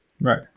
Right